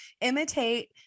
Imitate